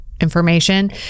information